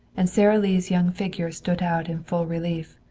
and sara lee's young figure stood out in full relief.